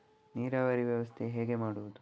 ನೀರಾವರಿ ವ್ಯವಸ್ಥೆ ಹೇಗೆ ಮಾಡುವುದು?